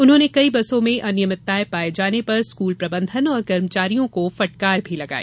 उन्होंने कई बसों में अनियमितताएं पाए जाने पर स्कूल प्रबंधन और कर्मचारियों को फटकार भी लगाई